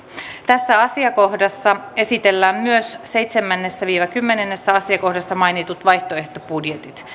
tässä asiakohdassa esitellään myös seitsemännessä viiva kymmenennessä asiakohdassa mainitut vaihtoehtobudjetit